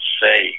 say